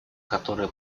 которые